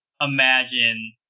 imagine